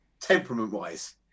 temperament-wise